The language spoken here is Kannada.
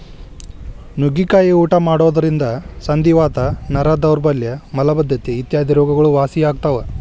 ನುಗ್ಗಿಕಾಯಿ ಊಟ ಮಾಡೋದ್ರಿಂದ ಸಂಧಿವಾತ, ನರ ದೌರ್ಬಲ್ಯ ಮಲಬದ್ದತೆ ಇತ್ಯಾದಿ ರೋಗಗಳು ವಾಸಿಯಾಗ್ತಾವ